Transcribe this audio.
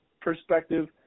perspective